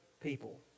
people